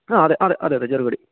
ആ അതെ അതെ അതെ ചെറുകടി